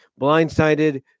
Blindsided